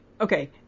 okay